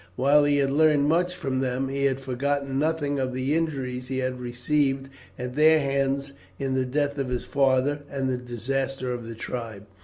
while he had learned much from them, he had forgotten nothing of the injuries he had received at their hands in the death of his father, and the disaster of the tribe.